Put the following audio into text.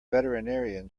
veterinarian